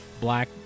black